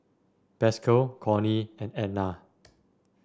Pascal Cornie and Edna